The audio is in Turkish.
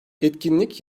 etkinlik